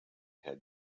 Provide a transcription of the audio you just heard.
had